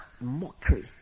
mockery